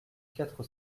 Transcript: quatre